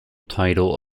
title